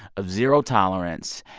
of zero tolerance.